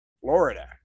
Florida